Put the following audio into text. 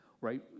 right